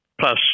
plus